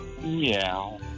Meow